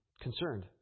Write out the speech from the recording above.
concerned